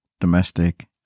domestic